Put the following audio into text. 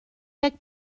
deg